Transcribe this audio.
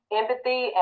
empathy